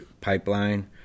pipeline